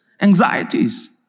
anxieties